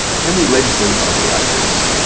can we legislate our way out of this?